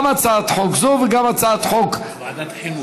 גם הצעת חוק זו וגם הצעת חוק הקודמת,